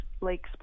Lake